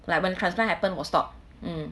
like when the transplant happen 我 stop mm